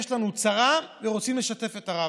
יש לנו צרה ורוצים לשתף את הרב.